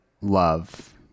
love